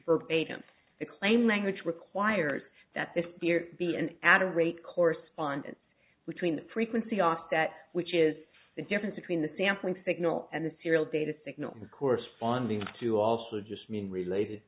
verbatim the claim language requires that this dear be an adequate correspondence between frequency offset which is the difference between the sampling signal and the serial data signal corresponding to also just mean related